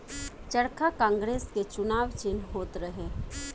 चरखा कांग्रेस के चुनाव चिन्ह होत रहे